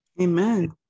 Amen